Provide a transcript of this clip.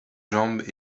jambes